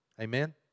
Amen